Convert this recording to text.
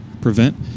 prevent